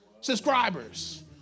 subscribers